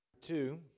Two